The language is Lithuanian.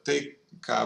tai ką